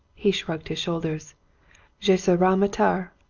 he shrugged his shoulders je serai martyr.